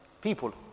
People